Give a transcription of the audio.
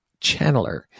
channeler